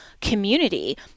community